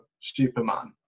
Superman